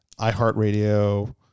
iHeartRadio